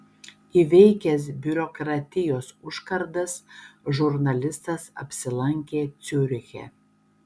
įveikęs biurokratijos užkardas žurnalistas apsilankė ciuriche